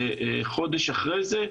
וחודש אחרי זה,